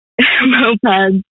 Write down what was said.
mopeds